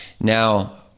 Now